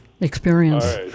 experience